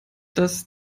dass